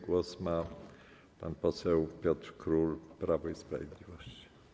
Głos ma pan poseł Piotr Król, Prawo i Sprawiedliwość.